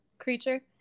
creature